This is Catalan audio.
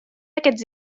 aquests